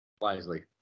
Wisely